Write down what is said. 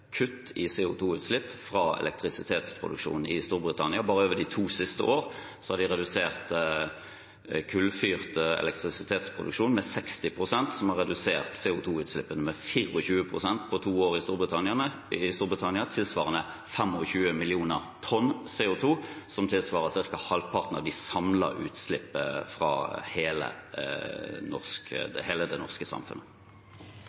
kutt i CO 2 -utslipp fra deres elektrisitetsproduksjon. Bare de to siste årene har de redusert den kullfyrte elektrisitetsproduksjonen med 60 pst., noe som har redusert CO 2 -utslippene med 24 pst. på to år i Storbritannia. Det tilsvarer 25 millioner tonn CO 2 , som tilsvarer ca. halvparten av de samlede utslippene fra hele